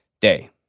day